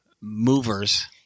movers